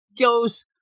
goes